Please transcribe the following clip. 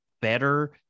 better